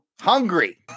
hungry